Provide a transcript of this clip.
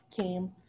came